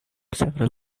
several